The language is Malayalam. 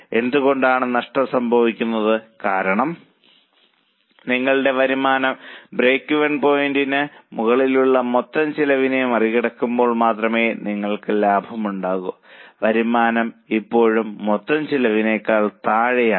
എന്തുകൊണ്ടാണ് നഷ്ടം സംഭവിക്കുന്നത് കാരണം നിങ്ങളുടെ വരുമാനം ബ്രേക്ക്വെൻ പോയിന്റിന് മുകളിലുള്ള മൊത്തം ചെലവിനെ മറികടക്കുമ്പോൾ മാത്രമേ നിങ്ങൾക്ക് ലാഭം ഉണ്ടാകൂ വരുമാനം ഇപ്പോഴും മൊത്തം ചെലവിനേക്കാൾ താഴെയാണ്